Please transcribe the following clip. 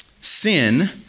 Sin